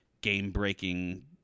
game-breaking